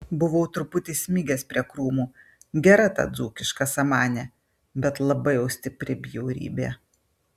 buvau truputį smigęs prie krūmų gera ta dzūkiška samanė bet labai jau stipri bjaurybė